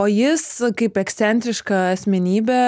o jis kaip ekscentriška asmenybė